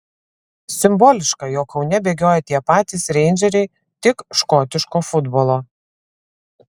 simboliška jog kaune bėgiojo tie patys reindžeriai tik škotiško futbolo